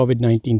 COVID-19